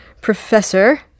Professor